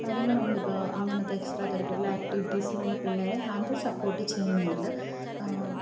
ഇപ്പോൾ അങ്ങനത്തെ extra curricular ആക്ടിവിറ്റീസിലുള്ള പിള്ളേരെ അത് സപ്പോർട്ട് ചെയ്യുന്നുണ്ട്